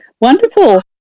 Wonderful